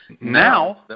now